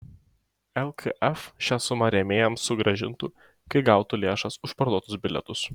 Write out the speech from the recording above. lkf šią sumą rėmėjams sugrąžintų kai gautų lėšas už parduotus bilietus